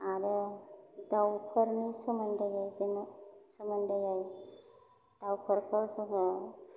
आरो दावफोरनि सोमोन्दोयै जोङो सोमोन्दोयै दावफोरखौ जोङो